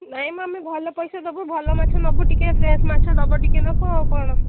ନାହିଁ ମାନେ ଭଲ ପଇସା ଦେବୁ ଭଲ ମାଛ ନେବୁ ଟିକେ ଫ୍ରେସ୍ ମାଛ ଦେବ ଟିକେ ନାକୁ ଆଉ କ'ଣ